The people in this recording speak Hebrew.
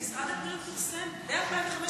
השר לוין, משרד הבריאות פרסם ב-2015,